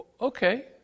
Okay